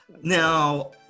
now